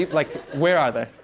like, where are they?